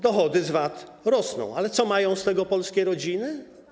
Dochody z VAT rosną, ale co mają z tego polskie rodziny?